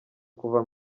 kuva